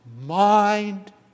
mind